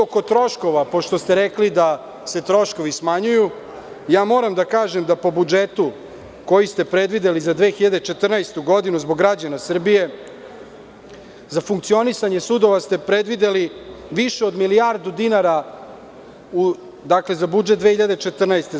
Oko troškova pošto ste rekli da se troškovi smanjuju, moram da kažem da po budžetu koji ste predvideli za 2014. godinu zbog građana Srbije, za funkcionisanje sudova ste predvideli više od milijardu dinara za budžet 2014. godine.